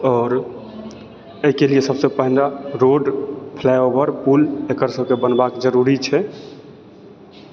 आओर एहि के लिय सबसे पहिने रोड फ्लाइओवर पुल एकर सभके बनबाक जरूरी छै